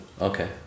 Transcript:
Okay